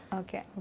okay